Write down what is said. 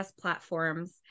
platforms